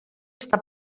està